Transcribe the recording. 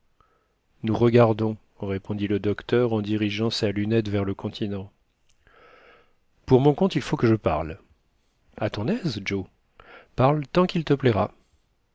nous regardons répondit le docteur en dirigeant sa lunette vers le continent pour mon compte il faut que je parle a ton aise joe parle tant qu'il te plaira